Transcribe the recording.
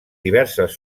diverses